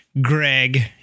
Greg